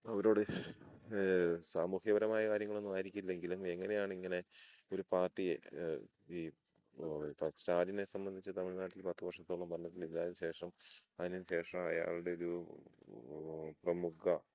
അവരോട് സാമൂഹ്യപരമായ കാര്യങ്ങളൊന്നും ആയിരിക്കില്ലെങ്കിലും എങ്ങനെയാണ് ഇങ്ങനെ ഒരു പാർട്ടിയെ ഈ സ്റ്റാലിനെ സംബന്ധിച്ച് തമിഴ്നാട്ടിൽ പത്ത് വർഷത്തോളം ഭരണത്തിൽ ആയതിന് ശേഷം അതിന് ശേഷം അയാളുടെ ഒരു പ്രമുഖ